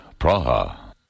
Praha